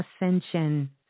ascension